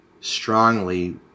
strongly